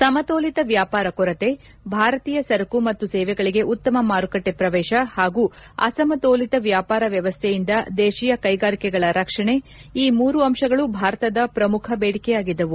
ಸಮತೋಲಿತ ವ್ಣಾಪಾರ ಕೊರತೆ ಭಾರತೀಯ ಸರಕು ಮತ್ತು ಸೇವೆಗಳಿಗೆ ಉತ್ತಮ ಮಾರುಕಟ್ಟೆ ಪ್ರವೇಶ ಹಾಗೂ ಅಸಮತೋಲಿತ ವ್ಣಾಪಾರ ವ್ಣವಸ್ಥೆಯಿಂದ ದೇಶೀಯ ಕೈಗಾರಿಕೆಗಳ ರಕ್ಷಣೆ ಈ ಮೂರು ಅಂಶಗಳು ಭಾರತದ ಪ್ರಮುಖ ಬೇಡಿಕೆಯಾಗಿದ್ದವು